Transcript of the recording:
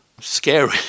scary